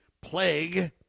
plague